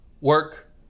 work